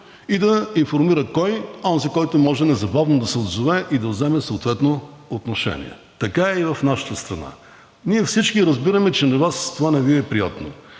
и да информира кого – онзи, който може незабавно да се отзове и да вземе съответно отношение. Така е и в нашата страна. Ние всички разбираме, че на Вас това не Ви е приятно